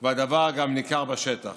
והדבר גם ניכר בשטח.